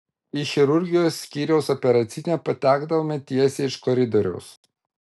į chirurgijos skyriaus operacinę patekdavome tiesiai iš koridoriaus